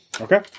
Okay